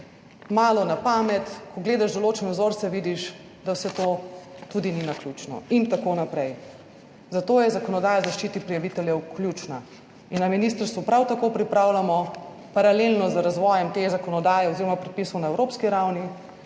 malo na pamet. Ko gledaš določene vzorce, vidiš, da vse to tudi ni naključno. In tako naprej. Zato je zakonodaja o zaščiti prijaviteljev ključna in na ministrstvu prav tako pripravljamo paralelno z razvojem te zakonodaje oz. predpisov na evropski ravni